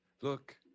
look